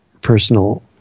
personal